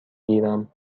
گیرم